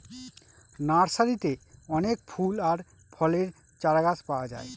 নার্সারিতে অনেক ফুল আর ফলের চারাগাছ পাওয়া যায়